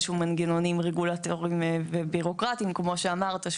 שהוא מנגנונים רגולטוריים ובירוקרטיים כי כמו שאמרת,